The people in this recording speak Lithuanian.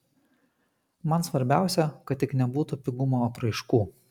man svarbiausia kad tik nebūtų pigumo apraiškų